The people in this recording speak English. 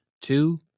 two